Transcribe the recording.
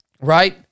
Right